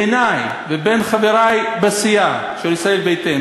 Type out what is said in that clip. בעיני ובעיני חברי בסיעה של ישראל ביתנו,